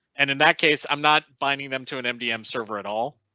and in that case, i'm not binding them to an mdm server at all.